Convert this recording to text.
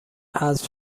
حذف